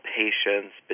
patients